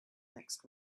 next